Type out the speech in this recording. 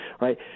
right